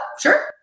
sure